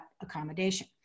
accommodation